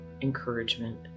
encouragement